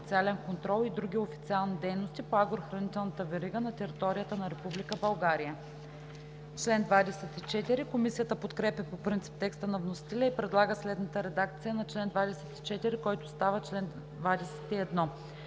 официален контрол и други официални дейности по агрохранителната верига на територията на Република България“. Комисията подкрепя по принцип текста на вносителя и предлага следната редакция на чл. 24, който става чл. 21: